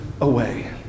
away